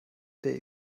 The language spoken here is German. der